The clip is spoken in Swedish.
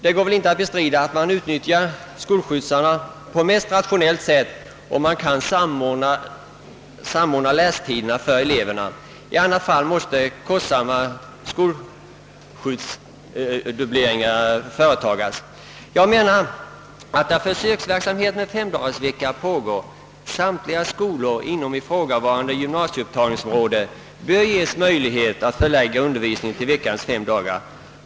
Det går inte att bestrida, att man utnyttjar skolskjutsarna på mest rationella sätt, om man samordnar lästiderna för eleverna. I annat fall måste kostsamma skolskjutsdubbleringar företagas. Jag anser, att där försöksverksamhet med 5-dagarsvecka pågår samtliga skolor inom ifrågavarande gymnasieupptagningsområde bör ges möjlighet att förlägga undervisningen till fem dagar i veckan.